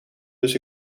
dus